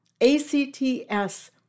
A-C-T-S